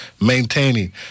maintaining